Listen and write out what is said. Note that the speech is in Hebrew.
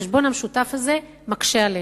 החשבון המשותף הזה מקשה עלינו.